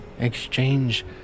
Exchange